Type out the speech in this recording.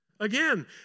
Again